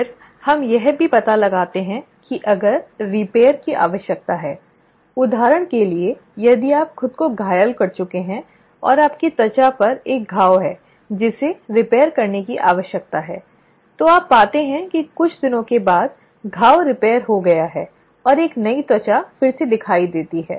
फिर हम यह भी पता लगाते हैं कि अगर रिपेयर की आवश्यकता है उदाहरण के लिए यदि आप खुद को घायल कर चुके हैं और आपकी त्वचा पर एक घाव है जिसे रिपेयर करने की आवश्यकता है तो आप पाते हैं कि कुछ दिनों के बाद घाव रिपेयर हो गया है और एक नई त्वचा फिर से दिखाई देती है